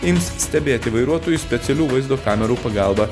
ims stebėti vairuotojus specialių vaizdo kamerų pagalba